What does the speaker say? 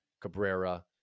Cabrera